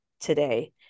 today